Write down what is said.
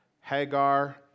Hagar